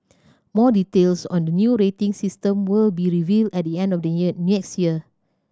more details on the new rating system will be revealed at the end of the year next year